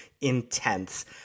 intense